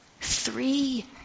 Three